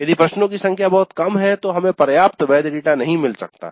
यदि प्रश्नों की संख्या बहुत कम है तो हमें पर्याप्त वैध डेटा नहीं मिल सकता है